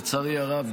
לצערי הרב,